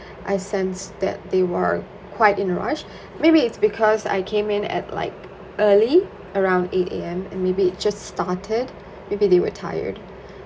I sensed that they were quite in a rush maybe it's because I came in at like early around eight A_M and maybe it just started maybe they were tired